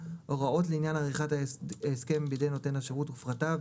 הוראות לעניין עריכת ההסכם בידי נותן השירות ופרטיו,